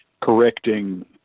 correcting